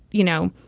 you know,